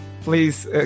please